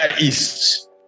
east